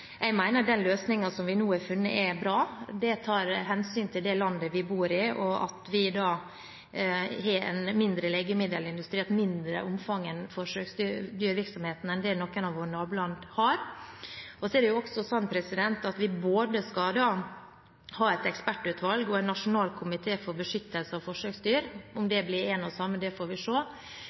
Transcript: Jeg mener at den løsningen som vi nå har funnet, er bra. Den tar hensyn til det landet vi bor i, og at vi har en mindre legemiddelindustri og et mindre omfang av forsøksdyrvirksomheten enn det noen av våre naboland har. Vi skal ha både et ekspertutvalg og en nasjonal komité for beskyttelse av forsøksdyr. Om det blir én og samme, får vi